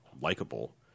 likable